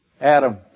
Adam